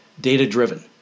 data-driven